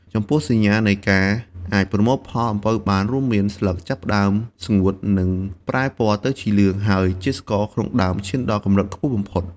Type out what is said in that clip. ចំពោះសញ្ញានៃការអាចប្រមូលផលអំពៅបានរួមមាន ស្លឹកចាប់ផ្តើមស្ងួត និងប្រែពណ៌ទៅជាលឿង ហើយជាតិស្ករក្នុងដើមឈានដល់កម្រិតខ្ពស់បំផុត។